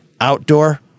outdoor